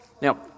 Now